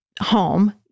Home